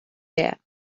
there